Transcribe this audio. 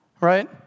right